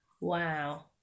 Wow